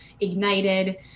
ignited